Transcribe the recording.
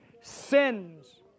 sins